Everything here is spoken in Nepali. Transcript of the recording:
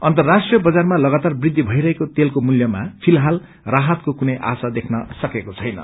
अर्न्तराष्ट्रिय बजारमा लगातार वृद्धि भइरहेको तेलको मूल्यमा फिलहाल राहतको कुनै आशा देख्न सकेको छैन